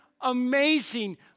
amazing